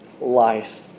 life